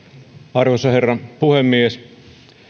arvoisa herra puhemies